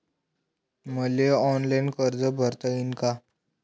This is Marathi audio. मले ऑनलाईन कर्ज भरता येईन का?